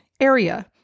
area